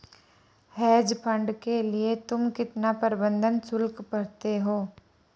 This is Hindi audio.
हेज फंड के लिए तुम कितना प्रबंधन शुल्क भरते हो?